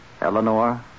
Eleanor